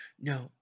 No